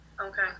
Okay